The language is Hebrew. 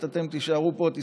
אמרתי.